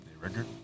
record